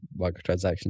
microtransactions